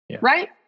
Right